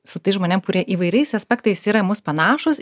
su tais žmonėm kurie įvairiais aspektais yra į mus panašūs